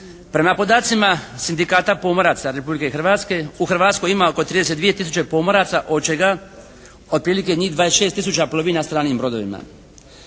Prema podacima Sindikata pomoraca Republike Hrvatske u Hrvatskoj ima oko 32 000 pomoraca od čega otprilike njih 26 000 plovi na stranim brodovima.